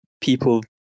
people